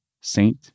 Saint